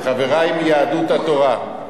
חברי מיהדות התורה,